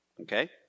Okay